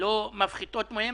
לא מפחיתות מהם,